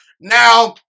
Now